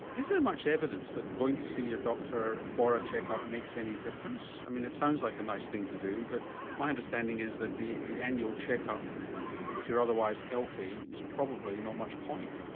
is there much evidence that going to see your doctor for a check up makes any difference? i mean it sounds like a nice thing to do but my understanding is that the the annual check up if you're otherwise healthy is probably not much point.